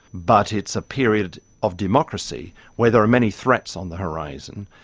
but it's a period of democracy where there are many threats on the horizon,